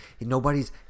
Nobody's